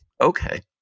okay